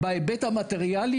בהיבט המטריאלי,